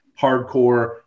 hardcore